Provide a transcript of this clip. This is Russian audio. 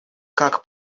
как